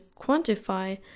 quantify